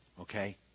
okay